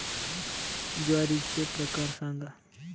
ज्वारीचे प्रकार सांगा